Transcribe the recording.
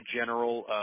general